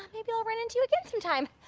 maybe i'll run into you again some time.